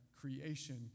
creation